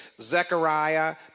Zechariah